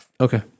Okay